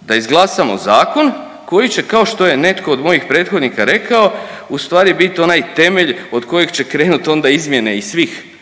da izglasamo zakon koji će kao što je netko od mojih prethodnika rekao u stvari biti onaj temelj od kojeg će krenut onda izmjene i svih